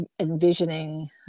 envisioning